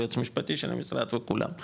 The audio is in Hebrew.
היועץ המשפטי של המשרד וכולם.